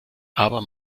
aber